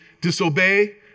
disobey